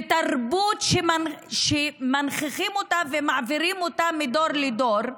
ותרבות שמנכיחים אותה ומעבירים אותה מדור לדור,